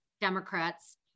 Democrats